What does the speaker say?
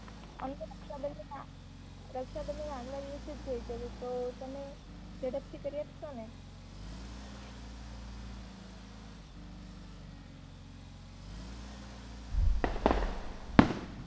અમે રક્ષાબંધન રક્ષાબંધનના આગલા દિવસે જ જોઈએ છે તો તો તમે ઝડપથી કરી આપશો ને